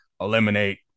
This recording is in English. eliminate